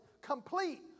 complete